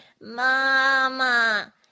Mama